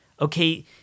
Okay